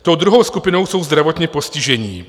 Tou druhou skupinou jsou zdravotně postižení.